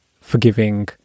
forgiving